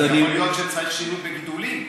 יכול להיות שצריך שינוי בגידולים.